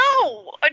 No